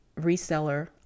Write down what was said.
reseller